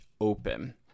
Open